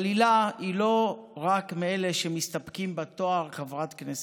אבל הילה היא לא מאלה שמסתפקים בתואר חברת כנסת.